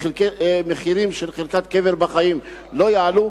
המחירים של חלקת קבר בחיים לא יעלו.